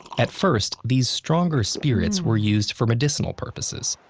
at first, these stronger spirits were used for medicinal purposes.